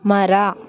ಮರ